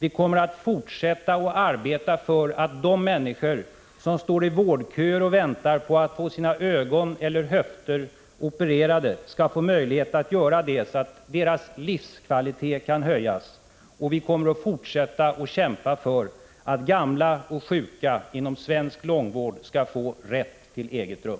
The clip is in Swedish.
Vi kommer att fortsätta att arbeta för att de människor som står i vårdkö och väntar på att få sina ögon eller höfter opererade också får möjlighet att göra det så att deras livskvalitet kan höjas. Vi kommer att fortsätta att kämpa för att gamla och sjuka inom svensk långvård skall få rätt till eget rum.